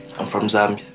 i'm from zambia.